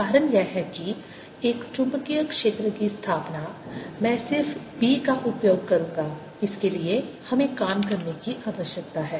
कारण यह है कि एक चुंबकीय क्षेत्र की स्थापना मैं सिर्फ B का उपयोग करूंगा इसके लिए हमें काम करने की आवश्यकता है